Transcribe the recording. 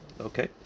Okay